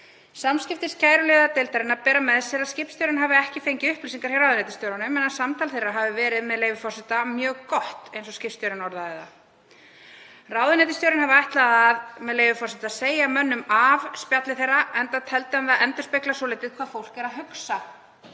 Samskipti skæruliðadeildarinnar bera með sér að skipstjórinn hafi ekki fengið upplýsingar hjá ráðuneytisstjóranum en að samtal þeirra hafi verið, með leyfi forseta, „mjög gott“, eins og skipstjórinn orðaði það. Ráðuneytisstjórinn hafi ætlað, með leyfi forseta, „að segja mönnum af“ spjalli þeirra enda teldi hann það endurspegla „svolítið hvað fólk er að hugsa“.